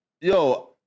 yo